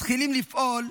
מתחילים לפעול,